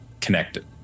connected